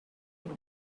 when